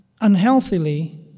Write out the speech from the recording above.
unhealthily